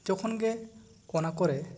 ᱡᱚᱠᱷᱚᱱ ᱜᱮ ᱚᱱᱟ ᱠᱚᱨᱮ